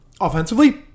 Offensively